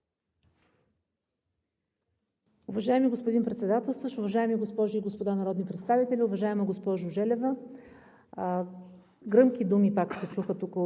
Уважаеми господин Председател, уважаеми госпожи и господа народни представители! Уважаема госпожо Желева, гръмки думи пак се чуха тук